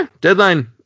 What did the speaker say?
Deadline